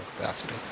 capacity